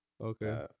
Okay